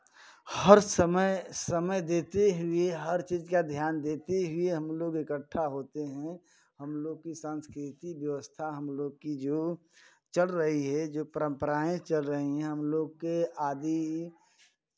हर समय समय देते हुए हर चीज़ का ध्यान देते हुए हम लोग इकट्ठा होते हैं हम लोग की सांस्कृतिक व्यवस्था हम लोग की जो चल रही है जो परंपराएँ चल रही हैं हम लोग के आदी